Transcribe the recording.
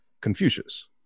Confucius